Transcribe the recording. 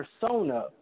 persona